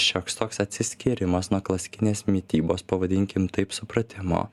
šioks toks atsiskyrimas nuo klasikinės mitybos pavadinkim taip supratimo